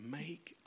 make